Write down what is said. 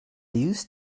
used